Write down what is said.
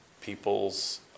people's